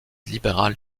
libéral